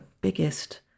biggest